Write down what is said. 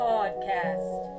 Podcast